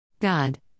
God